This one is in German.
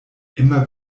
immer